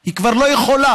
היא כבר לא יכולה.